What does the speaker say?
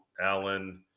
Alan